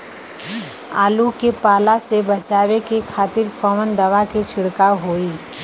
आलू के पाला से बचावे के खातिर कवन दवा के छिड़काव होई?